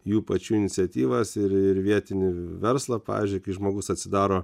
jų pačių iniciatyvas ir ir vietinį verslą pavyzdžiui kai žmogus atsidaro